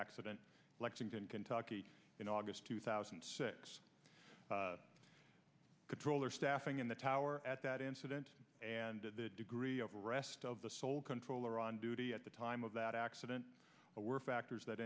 accident lexington kentucky in august two thousand and six controller staffing in the tower at that incident and the degree of rest of the sole controller on duty at the time of that accident were factors that